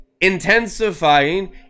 intensifying